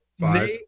Five